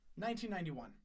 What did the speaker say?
1991